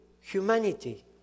humanity